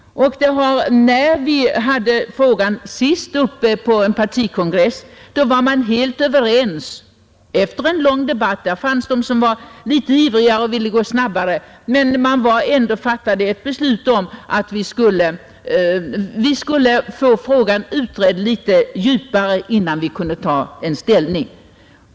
När vi senast hade frågan uppe på en partikongress var vi efter en lång debatt — många var dock ivriga och ville gå snabbare fram — helt överens om att frågan skulle utredas litet djupare, innan vi kunde ta ställning.